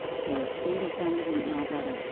her extended family didn't know about it,